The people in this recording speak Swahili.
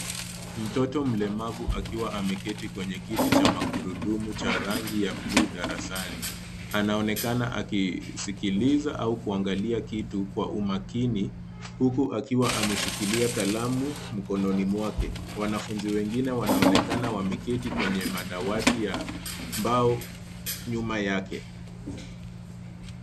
Mtoto mlemavu akiwa ameketi kwenye kiti cha magurudumu cha rangi ya buluu darasani. Anaonekana akisikiliza au kuangalia kitu kwa umakini huku akiwa ameshikilia kalamu mkononi mwake. Wanafunzi wengine wanaonekana wameketi kwenye madawati ya mbao nyuma yake.